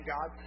God